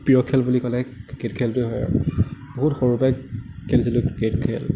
প্ৰিয় খেল বুলি ক'লে ক্ৰিকেট খেলটোৱেই হয় আৰু বহুত সৰুৰপৰাই খেলিছিলো ক্ৰিকেট খেল